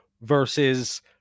versus